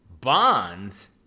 Bonds